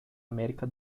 américa